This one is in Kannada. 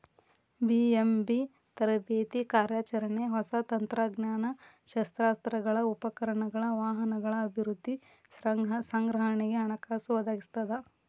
ಬಿ.ಎಂ.ಬಿ ತರಬೇತಿ ಕಾರ್ಯಾಚರಣೆ ಹೊಸ ತಂತ್ರಜ್ಞಾನ ಶಸ್ತ್ರಾಸ್ತ್ರಗಳ ಉಪಕರಣಗಳ ವಾಹನಗಳ ಅಭಿವೃದ್ಧಿ ಸಂಗ್ರಹಣೆಗೆ ಹಣಕಾಸು ಒದಗಿಸ್ತದ